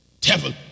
Devil